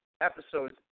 episodes